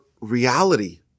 reality